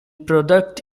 product